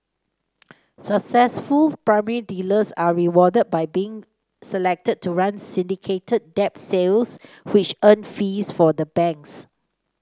successful primary dealers are rewarded by being selected to run syndicated debt sales which earn fees for the banks